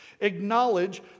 Acknowledge